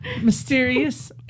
mysterious